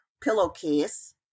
pillowcase